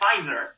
Pfizer